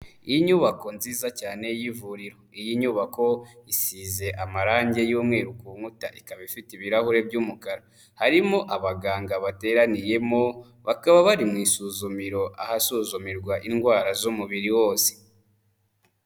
Inyubako nziza cyane y'ivuriro, iyi nyubako isize amarangi y'umweru ku nkuta, ikaba ifite ibirahuri by'umukara, harimo abaganga bateraniyemo, bakaba bari mu isuzumiro ahasuzumirwa indwara z'umubiri wose.